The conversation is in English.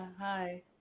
Hi